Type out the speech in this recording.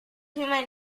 fiume